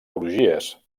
crugies